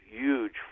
huge